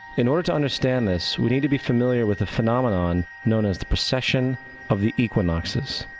in order to understand this, we need to be familiar with the phenomenon known as the precession of the equinoxes.